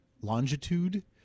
longitude